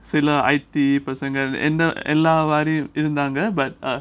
சில I_T பசங்க எந்த:pasanga endha but uh